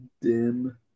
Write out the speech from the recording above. dim